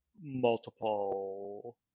multiple